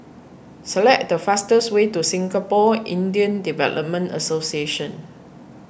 select the fastest way to Singapore Indian Development Association